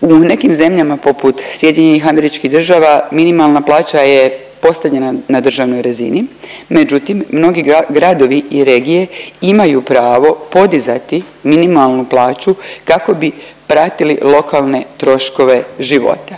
U nekim zemljama poput SAD-a, minimalna plaća je postavljena na državnoj razini međutim mnogi gradovi i regije imaju pravo podizati minimalnu plaću kako bi pratili lokalne troškove života.